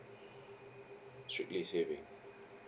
strictly saving